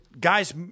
guys